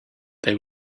they